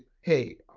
hey